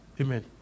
Amen